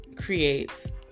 Creates